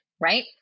right